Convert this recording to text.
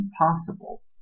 impossible